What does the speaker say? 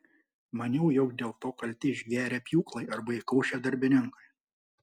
maniau jog dėl to kalti išgverę pjūklai arba įkaušę darbininkai